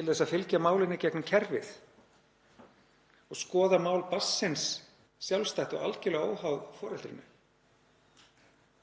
til að fylgja málinu í gegnum kerfið og skoða mál barnsins sjálfstætt og algerlega óháð foreldrinu.